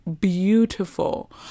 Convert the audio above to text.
beautiful